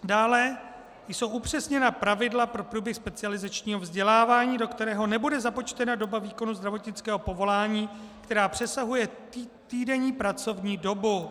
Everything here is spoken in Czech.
Dále jsou upřesněna pravidla pro průběh specializačního vzdělávání, do kterého nebude započtena doba výkonu zdravotnického povolání, která přesahuje týdenní pracovní dobu.